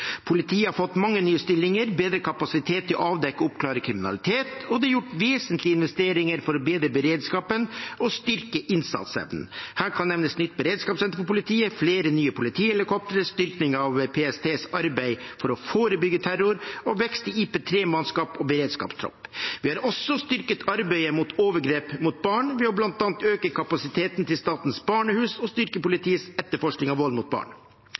Politiet har fått mange nye stillinger, bedre kapasitet til å avdekke og oppklare kriminalitet, og det er gjort vesentlige investeringer for å bedre beredskapen og styrke innsatsevnen. Her kan nevnes nytt beredskapssenter for politiet, flere nye politihelikoptre, styrking av PSTs arbeid for å forebygge terror og vekst i IP3-mannskap og beredskapstropp. Vi har også styrket arbeidet mot overgrep mot barn ved bl.a. å øke kapasiteten til statens barnehus og styrke politiets etterforskning av vold mot barn.